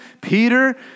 Peter